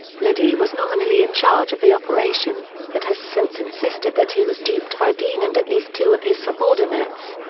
liddy was nominally in charge of the operation, but has since insisted that he was duped by dean and at least two of his subordinates.